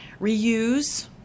Reuse